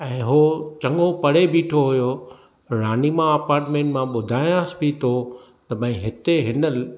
ऐं हू चङो परे बीठो हुयो रानीमा अपार्टमेंट मां ॿुधायांसि बि थो त भई हिते हिन